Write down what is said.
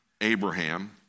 Abraham